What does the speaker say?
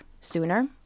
sooner